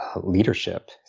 leadership